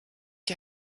die